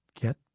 get